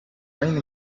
rain